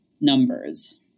numbers